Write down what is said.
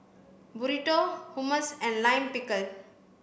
Burrito Hummus and Lime Pickle